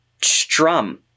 strum